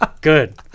Good